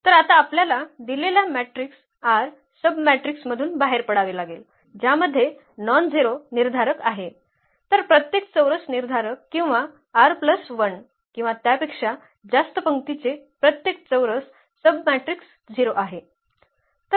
तर आता आपल्याला दिलेल्या मॅट्रिक्स r सबमॅट्रिक्स मधून बाहेर पडावे लागेल ज्यामध्ये नॉनझेरो निर्धारक आहे तर प्रत्येक चौरस निर्धारक किंवा r1 किंवा त्यापेक्षा जास्त पंक्तींचे प्रत्येक चौरस सबमॅट्रिक्स 0 आहे